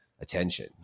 attention